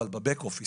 אבל ב-Back office,